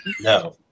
No